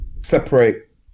separate